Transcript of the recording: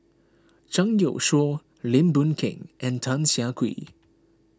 Zhang Youshuo Lim Boon Keng and Tan Siah Kwee